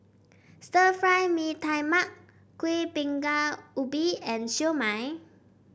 Stir Fry Mee Tai Mak Kuih Bingka Ubi and Siew Mai